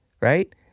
right